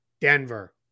Denver